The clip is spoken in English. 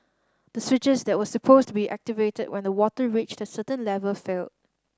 the switches that were supposed to be activated when the water reached a certain level failed